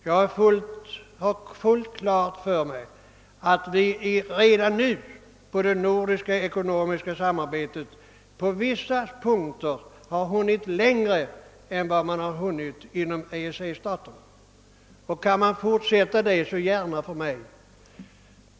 Jag har fullt klart för mig att vi redan nu inom det nordiska ekonomiska samarbetet på vissa punkter har hunnit längre än vad man gjort inom EEC, och kan vi fortsätta på detta sätt, så gärna för mig.